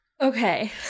Okay